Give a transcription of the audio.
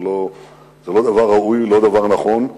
זה לא דבר ראוי, זה לא דבר נכון.